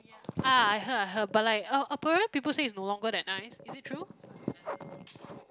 ah I heard I heard but like uh apparently people say it's no longer that nice is it true